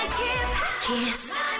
Kiss